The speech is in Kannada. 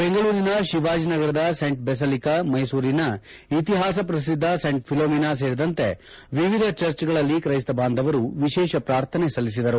ಬೆಂಗಳೂರಿನ ಶಿವಾಜಿನಗರದ ಸೆಂಟ್ ಬೆಸಿಲಿಕ್ ಮೈಸೂರಿನ ಇತಿಹಾಸ ಪ್ರಸಿದ್ದ ಸೆಂಟ್ ಫಿಲೋಮಿನಾ ಸೇರಿದಂತೆ ವಿವಿಧ ಚರ್ಚ್ಗಳಲ್ಲಿ ಕ್ರೈಸ್ತ ಬಾಂಧವರು ವಿಶೇಷ ಪ್ರಾರ್ಥನೆ ಸಲ್ಲಿಸಿದರು